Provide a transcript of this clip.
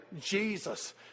Jesus